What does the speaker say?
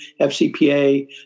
FCPA